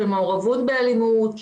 מעורבות באלימות,